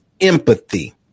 empathy